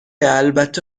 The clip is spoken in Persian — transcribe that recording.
البته